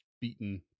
beaten